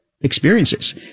experiences